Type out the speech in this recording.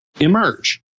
emerge